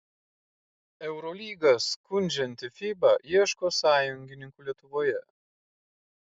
eurolygą skundžianti fiba ieško sąjungininkų lietuvoje